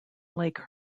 lake